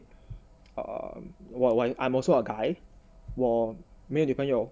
err what~ I'm also a guy 我没有女朋友